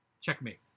Checkmate